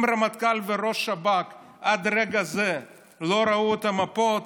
אם הרמטכ"ל וראש השב"כ עד רגע זה לא ראו את המפות,